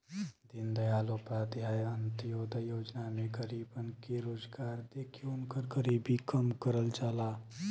दीनदयाल उपाध्याय अंत्योदय योजना में गरीबन के रोजगार देके उनकर गरीबी कम करल जाला